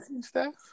staff